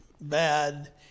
bad